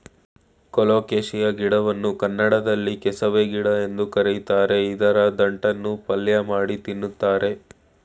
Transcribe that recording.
colocasia ಗಿಡವನ್ನು ಕನ್ನಡದಲ್ಲಿ ಕೆಸವೆ ಗಿಡ ಎಂದು ಕರಿತಾರೆ ಇದರ ದಂಟನ್ನು ಪಲ್ಯಮಾಡಿ ತಿನ್ನುತ್ತಾರೆ